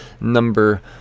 number